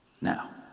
Now